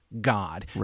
God